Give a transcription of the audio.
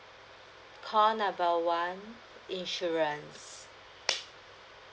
call number one insurance